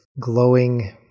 glowing